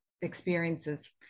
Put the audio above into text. experiences